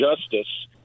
justice